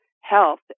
health